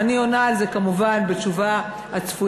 ואני עונה על זה כמובן את התשובה הצפויה,